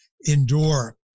endure